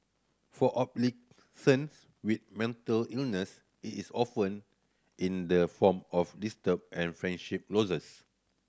for adolescent with mental illness it is often in the form of distrust and friendship losses